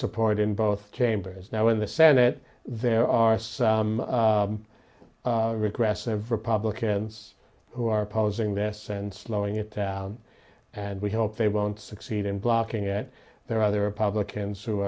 support in both chambers now in the senate there are some regressive republicans who are opposing this and slowing it down and we hope they won't succeed in blocking it there are other republicans who